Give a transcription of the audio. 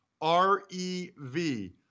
R-E-V